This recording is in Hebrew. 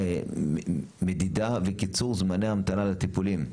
מדידה וקיצור זמני המתנה לטיפולים,